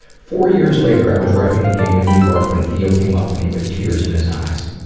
four years later, i was reffing a game in new york, when theo came up to me with tears in his eyes.